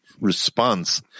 response